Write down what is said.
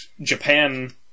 Japan